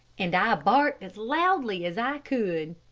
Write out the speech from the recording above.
and i barked as loudly as i could.